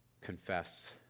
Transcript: confess